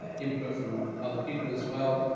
ah input from other people as well,